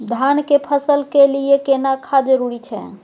धान के फसल के लिये केना खाद जरूरी छै?